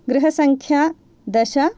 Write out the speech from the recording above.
गृहसङ्ख्या दश